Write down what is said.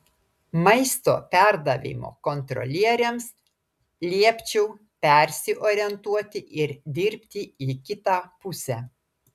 maisto perdavimo kontrolieriams liepčiau persiorientuoti ir dirbti į kitą pusę